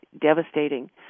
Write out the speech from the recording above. devastating